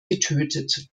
getötet